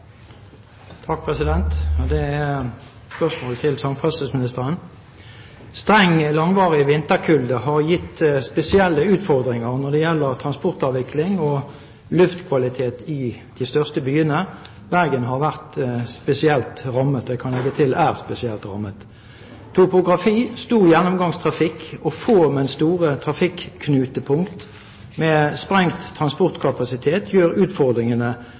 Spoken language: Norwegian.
er et spørsmål til samferdselsministeren: «Streng langvarig vinterkulde har gitt spesielle utfordringer når det gjelder transportavvikling og luftkvalitet i de største byene. Bergen har vært spesielt rammet. Topografi, stor gjennomgangstrafikk og få, men store trafikknutepunkt med sprengt transportkapasitet gjør utfordringene